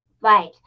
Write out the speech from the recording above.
Right